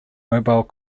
mobile